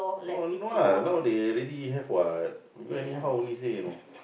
no no lah nowaday already have what you anyhow only say you know